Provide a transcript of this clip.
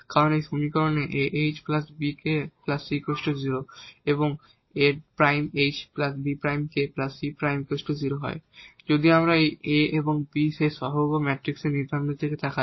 কারণ এই সমীকরণে যদি আমরা এই a এবং b এর কোএফিসিয়েন্ট ম্যাট্রিক্সের নির্ধারকের দিকে তাকাই